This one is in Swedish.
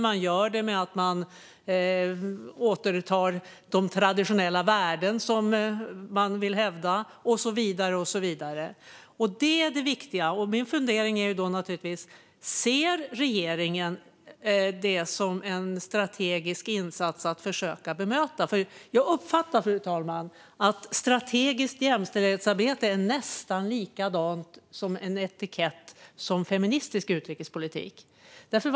Man gör det genom att hävda traditionella värden och så vidare. Detta är det viktiga. Min fundering är om regeringen ser det som en strategisk insats att försöka bemöta detta. Jag uppfattar, fru talman, att strategiskt jämställdhetsarbete är nästan lika mycket en etikett som feministisk utrikespolitik är.